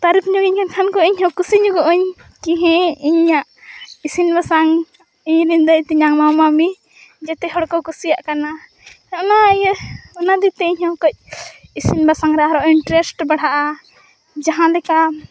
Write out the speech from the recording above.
ᱛᱟᱨᱤᱯᱷᱧᱚᱜᱮᱧ ᱠᱷᱟᱱᱠᱚ ᱤᱧᱦᱚᱸ ᱠᱩᱥᱤᱧᱚᱜᱚᱼᱟᱹᱧ ᱦᱮᱸ ᱤᱧᱟᱹᱜ ᱤᱥᱤᱥᱱᱼᱵᱟᱥᱟᱝ ᱤᱧᱨᱮᱱ ᱫᱟᱹᱭᱼᱛᱮᱭᱟᱝ ᱢᱟᱢᱟᱼᱢᱟᱹᱢᱤ ᱡᱮᱛᱮᱦᱚᱲᱠᱚ ᱠᱩᱥᱤᱭᱟᱜ ᱠᱟᱱᱟ ᱚᱱᱟ ᱤᱭᱟᱹ ᱚᱱᱟ ᱤᱫᱤᱠᱟᱛᱮᱫ ᱤᱧᱦᱚᱸ ᱠᱟᱹᱡ ᱤᱥᱤᱱᱼᱵᱟᱥᱟᱝᱨᱮ ᱟᱨᱦᱚᱸ ᱤᱱᱴᱨᱮᱥᱴ ᱵᱟᱲᱦᱟᱜᱼᱟ ᱡᱟᱦᱟᱸ ᱞᱮᱠᱟ